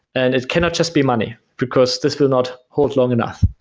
and it cannot just be money, because this will not hold long enough.